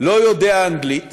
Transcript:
לא יודע אנגלית